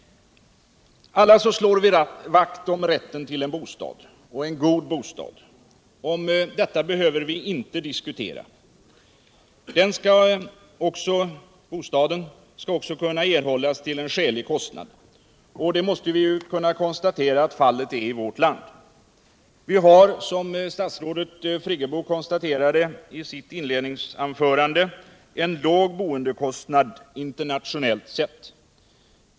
Alla slår vi vakt om rätten till en god bostad. Om detta behöver vi inte diskutera. Bostaden skall också kunna erhållas till en skälig kostnad, och vi måste konstatera att det kravet är tillgodosett i vårt land. Vi har, som statsrådet Friggebo konstaterade i sitt inledningsanförande, er. låg boendekostnad internationellt sett.